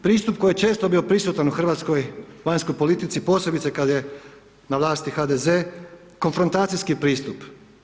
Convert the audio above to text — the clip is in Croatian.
Pristup koji je često bio prisutan u hrvatskoj vanjskoj politici posebice kad je na vlasti HDZ, konfrontacijski pristup.